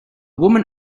woman